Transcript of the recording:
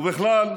ובכלל,